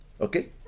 okay